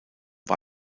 war